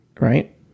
right